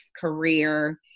career